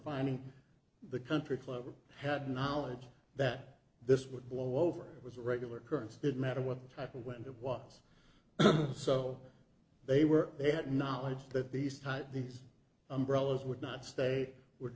finding the country club or had knowledge that this would blow over it was a regular occurrence didn't matter what type of wind it was so they were they had knowledge that these type these umbrellas would not stay would